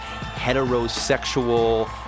heterosexual